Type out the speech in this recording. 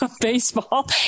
baseball